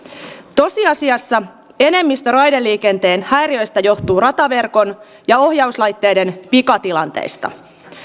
tosiasiassa enemmistö raideliikenteen häiriöistä johtuu rataverkon ja ohjauslaitteiden vikatilanteista